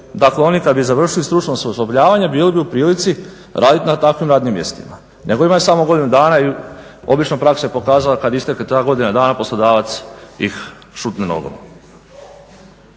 Dakle, oni kada bi završili sa stručnim osposobljavanjem bili bi u prilici raditi na takvim radnim mjestima, nego imaju samo godinu dana i obično praksa je pokazala kada istekne ta godina dana poslodavac ih šutne nogom.